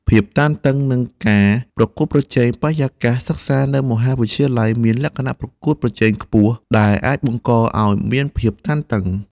ភាពតានតឹង និងការប្រកួតប្រជែងបរិយាកាសសិក្សានៅមហាវិទ្យាល័យមានលក្ខណៈប្រកួតប្រជែងខ្ពស់ ដែលអាចបង្កឲ្យមានភាពតានតឹង។